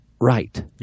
right